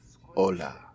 hola